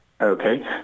Okay